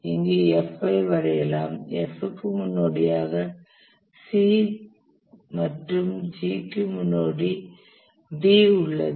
இங்கே F ஐ வரையலாம் F க்கு முன்னோடியாக C மற்றும் G க்கு முன்னோடி D உள்ளது